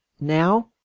now